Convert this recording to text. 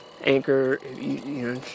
Anchor